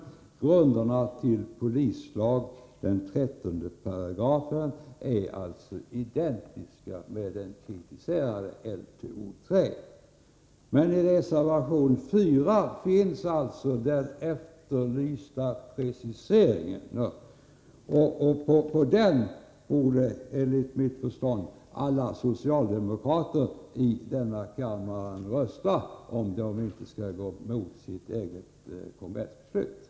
Förslaget till 13§ i polislagen är alltså identiskt med den kritiserade 3§ LTO. I reservation 4 finns dock den efterlysta preciseringen. På den bör, såvitt jag förstår, alla socialdemokrater i denna kammare rösta, om de inte skall gå emot det egna partiets kongressbeslut.